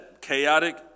chaotic